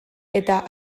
eta